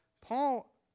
Paul